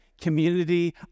community